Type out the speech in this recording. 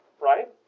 right